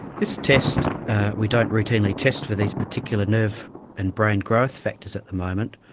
this test we don't routinely test for these particular nerve and brain growth factors at the moment,